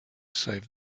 save